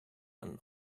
and